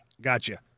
gotcha